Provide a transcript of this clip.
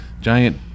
giant